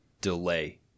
delay